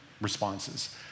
responses